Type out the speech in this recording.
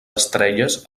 estrelles